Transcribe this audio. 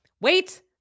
Wait